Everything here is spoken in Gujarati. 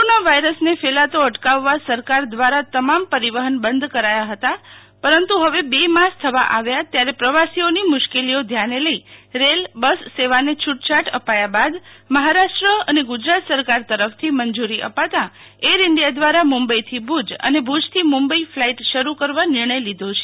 કોરોના વાયરસ ફેલાતો અટકાવવા સરકાર દ્વારા તમામ પરિવહન બંધ કર્યા હતા પરંતુ હવે બે માસ થવા આવ્યા ત્યારે પ્રવાસીઓની મુશ્કેલીઓ ધ્યાને લઇ રેલ બસસેવાને છૂટછાટ અપાયા બાદ મહારાષ્ટ્ર અને ગુજરાત સરકાર તરફથી મંજુરી અપાતા એર ઇન્ડિયા દ્વારા મુંબઈથી ભુજ અને ભુજ થી મુંબઈ ફ્લાઈટ શરુ કરવા નિર્ણય લીધો છે